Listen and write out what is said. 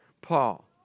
Paul